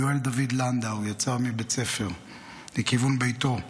יואל דוד לנדאו יצא מבית הספר לכיוון ביתו,